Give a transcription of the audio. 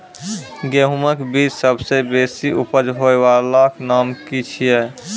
गेहूँमक बीज सबसे बेसी उपज होय वालाक नाम की छियै?